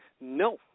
No